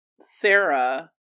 sarah